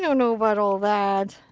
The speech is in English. you know but all that.